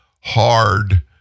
hard